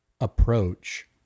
approach